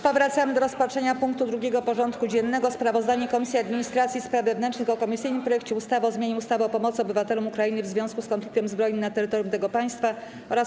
Powracamy do rozpatrzenia punktu 2. porządku dziennego: Sprawozdanie Komisji Administracji i Spraw Wewnętrznych o komisyjnym projekcie ustawy o zmianie ustawy o pomocy obywatelom Ukrainy w związku z konfliktem zbrojnym na terytorium tego państwa oraz